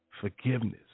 forgiveness